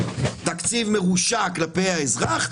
תקציב מרושע כלפי האזרח,